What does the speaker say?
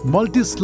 Multi